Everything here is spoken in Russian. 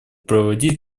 проводить